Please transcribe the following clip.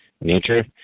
nature